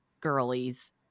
girlies